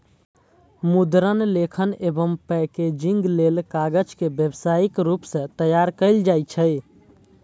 मुद्रण, लेखन एवं पैकेजिंग लेल कागज के व्यावसायिक रूप सं तैयार कैल जाइ छै